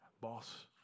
boss